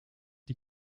die